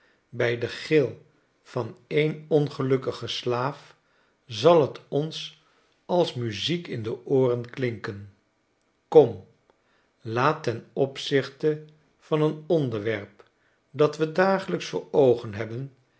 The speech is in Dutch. bij den gil van een ongelukkigen slaaf zal t ons als muziek in de ooren klinken kom laat ten opzichte van een onder werp dat we dagelijks voor oogen hebben